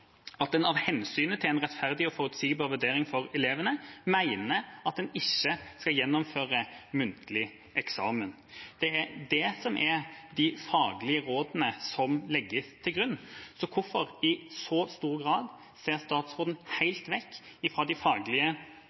at en av hensynet til en rettferdig og forutsigbar vurdering for elevene mener at en ikke skal gjennomføre muntlig eksamen. Det er det som er de faglige rådene som legges til grunn. Så hvorfor ser statsråden i så stor grad helt vekk fra de faglige